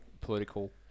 political